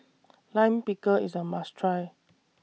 Lime Pickle IS A must Try